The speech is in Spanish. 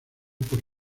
por